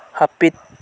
ᱦᱟᱹᱯᱤᱫ